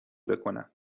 بکنم